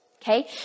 Okay